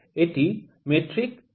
এটি metric thread gauge